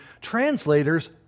translators